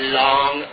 long